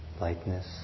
lightness